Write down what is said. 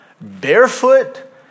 barefoot